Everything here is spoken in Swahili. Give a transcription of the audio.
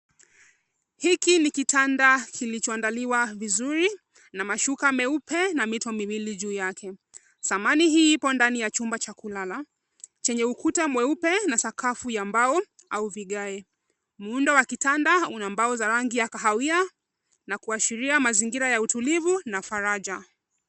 Hiki ni kitanda kilicho andaliwa vizuri na mashuka meupe na mito miwili juu yake. Samani hii ipo ndani ya chumba cha kulala chenye ukuta mweupe na sakafu ya mbao au vigae. Muundo wa kitanda una mbao za rangi ya kahawia na kuwashiria mazingira ya utulivu na faraja.